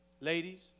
ladies